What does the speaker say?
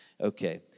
Okay